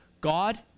God